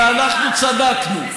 ואנחנו צדקנו.